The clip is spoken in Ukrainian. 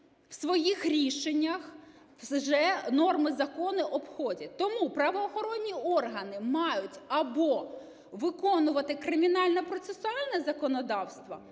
в своїх рішеннях вже норми закону обходять. Тому правоохоронні органи мають або виконувати кримінально-процесуальне законодавство,